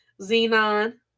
xenon